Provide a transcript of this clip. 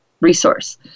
resource